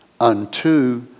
unto